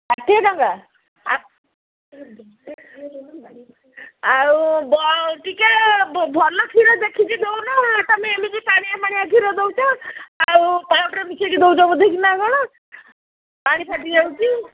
ଷାଠିଏ ଟଙ୍କା ଆ ଆଉ ବ ଟିକେ ଭଲ କ୍ଷୀର ଦେଖିକି ଦଉନ ତୁମେ ଏମିତି ପାଣିଆ ମାଣିଆ କ୍ଷୀର ଦଉଛ ଆଉ ପାଉଡ଼ର ମିଶାଇକି ଦଉଛ ବୋଧେକିନା କ'ଣ ପାଣି ଫାଟି ଯାଉଛି